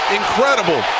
incredible